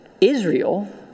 Israel